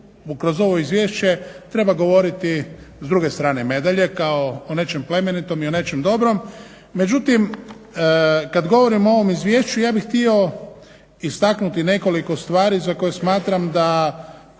kroz ovo izvješće treba govoriti s druge strane medalje kao o nečem plemenitom i o nečem dobrom. Međutim, kad govorim o ovom izvješću ja bih htio istaknuti nekoliko stvari za koje smatram da